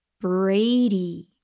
Brady